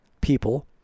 people